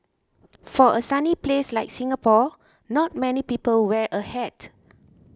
for a sunny place like Singapore not many people wear a hat